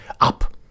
up